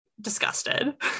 disgusted